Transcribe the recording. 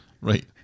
right